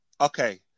Okay